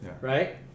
right